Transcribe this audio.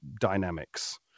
dynamics